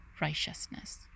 righteousness